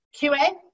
QA